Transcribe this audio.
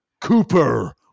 Cooper